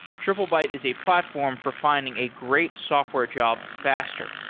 triplebyte is a platform for finding a great software job faster.